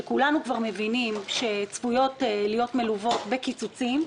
שכולנו מבינים שצפויות להיות מלוות בקיצוצים,